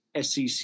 SEC